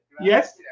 Yes